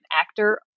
actor